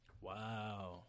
Wow